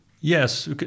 Yes